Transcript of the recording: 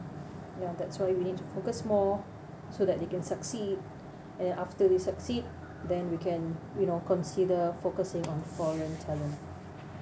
ya that's why we need to focus more so that they can succeed and after they succeed then we can you know consider focusing on foreign talents